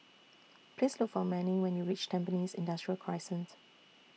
Please Look For Manning when YOU REACH Tampines Industrial Crescent